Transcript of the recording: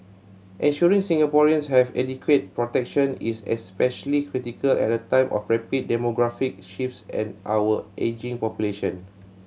ensuring Singaporeans have adequate protection is especially critical at a time of rapid demographic shifts and our ageing population